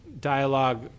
dialogue